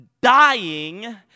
dying